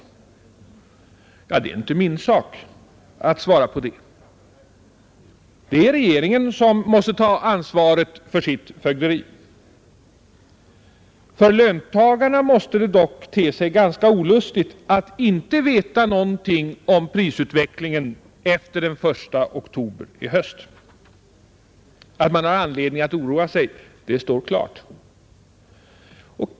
Ja, det är inte min sak att svara på det. Det är regeringen som måste ta ansvaret för sitt fögderi. För löntagarna måste det dock te sig ganska olustigt att inte veta någonting om prisutvecklingen efter den 1 oktober i höst. Att man har anledning att oroa sig står klart.